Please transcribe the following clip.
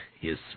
Yes